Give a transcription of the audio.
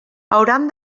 hauran